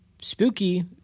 spooky